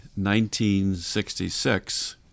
1966